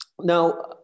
Now